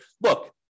look